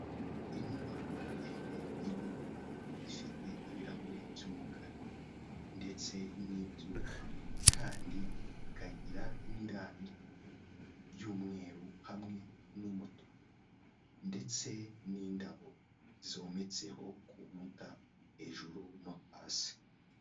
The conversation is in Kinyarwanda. Inyubako ndende y'igorofa ifite ibirahuri by'umukara ndetse n'ibyuma kandi ikagira n'irangi ry'umweru hamwe n'umutuku ndetse n'indabo zometseho ku nkuta hejuru no hasi.